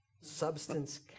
Substance